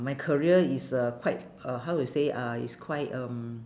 my career is uh quite uh how to say uh is quite um